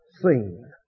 seen